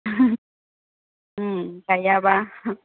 उम गायाबा